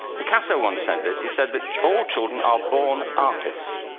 picasso once said this, he said that all children are born artists.